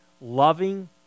loving